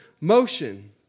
motion